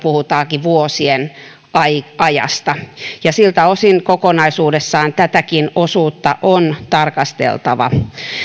puhutaankin vuosien ajasta ja siltä osin kokonaisuudessaan tätäkin osuutta on tarkasteltava